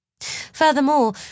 Furthermore